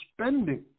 spending